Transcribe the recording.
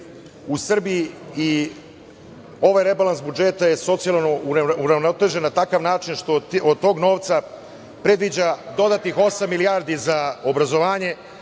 u Srbiji i ovaj rebalans budžeta je socijalno uravnotežen na takav način što od tog novca predviđa dodatnih osam milijardi za obrazovanje,